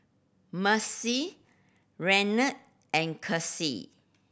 Macie Renard and Casie